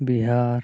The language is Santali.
ᱵᱤᱦᱟᱨ